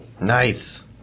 Nice